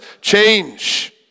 change